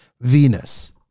Venus